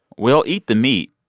we'll eat the meat.